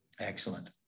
Excellent